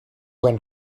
when